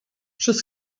przez